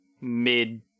mid